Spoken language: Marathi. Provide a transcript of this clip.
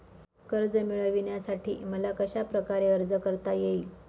कर्ज मिळविण्यासाठी मला कशाप्रकारे अर्ज करता येईल?